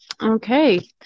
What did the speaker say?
Okay